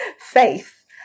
faith